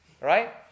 Right